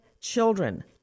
children